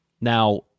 Now